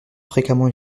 fréquemment